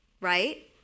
right